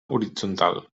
horitzontal